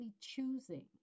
choosing